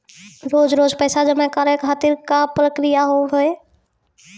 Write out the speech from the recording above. रोज रोज पैसा जमा करे खातिर का प्रक्रिया होव हेय?